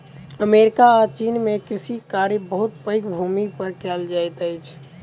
America आ चीन में कृषि कार्य बहुत पैघ भूमि पर कएल जाइत अछि